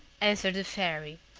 answered the fairy,